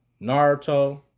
Naruto